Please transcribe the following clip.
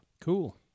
Cool